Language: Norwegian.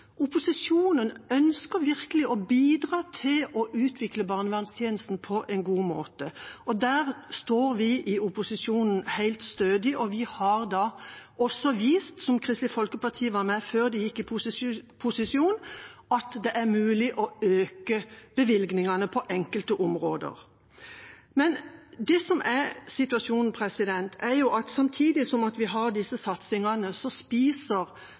Opposisjonen ønsker virkelig å bidra til å utvikle barnevernstjenesten på en god måte, og der står vi helt stødig. Vi har også vist, som Kristelig Folkeparti var med på før de gikk i posisjon, at det er mulig å øke bevilgningene på enkelte områder. Det som er situasjonen, er at samtidig som vi har disse satsingene, spiser